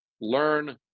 learn